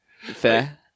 Fair